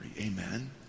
Amen